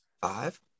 Five